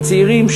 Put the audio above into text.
של צעירים,